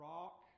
Rock